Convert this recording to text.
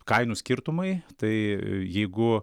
kainų skirtumai tai jeigu